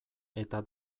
eta